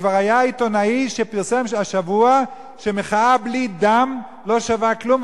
כבר היה עיתונאי שפרסם השבוע שמחאה בלי דם לא שווה כלום,